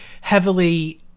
heavily